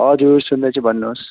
हजुर सुन्दैछु भन्नुहोस्